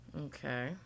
Okay